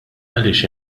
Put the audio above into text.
għaliex